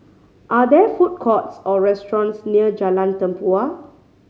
are there food courts or restaurants near Jalan Tempua